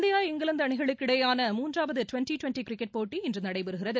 India England அணிகளுக்கு இடையேயான மூன்றாவது டுவெண்ட்டி கிரிக்கெட் போட்டி இன்று நடைபெறுகிறது